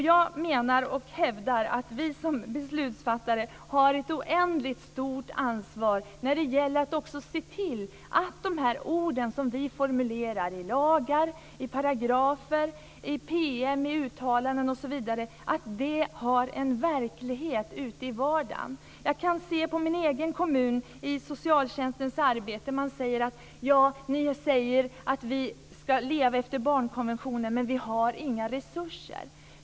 Jag hävdar att vi som beslutsfattare har ett oändligt stort ansvar när det gäller att se till att de ord som vi formulerar i lagar, i paragrafer, i PM, i uttalanden osv. har en verklighet ute i vardagen. Jag kan se på min egen kommun i fråga om socialtjänstens arbete, där de säger till oss: Ni säger att vi ska leva efter barnkonventionen, men vi har inga resurser.